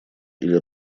или